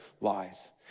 lies